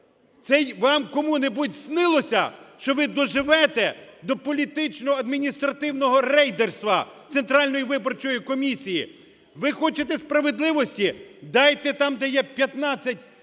вам кому-небудь снилося, що ви доживете до політично-адміністративного рейдерства Центральної виборчої комісії? Ви хочете справедливості? Дайте там, де є 15 людей,